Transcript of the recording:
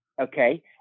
Okay